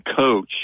coach